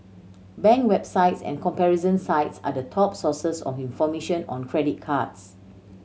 bank websites and comparison sites are the top sources of information on credit cards